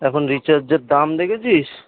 এখন রিচার্জের দাম দেখেছিস